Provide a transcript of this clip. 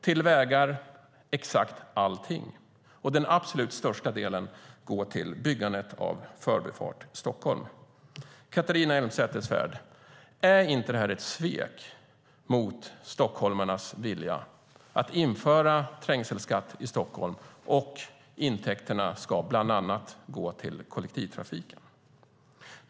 Till vägar har exakt allting gått, och den absolut största delen går till byggandet av Förbifart Stockholm. Catharina Elmsäter-Svärd, är inte detta ett svek mot stockholmarnas vilja att införa trängselskatt i Stockholm och att intäkterna bland annat ska gå till kollektivtrafik?